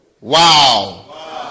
wow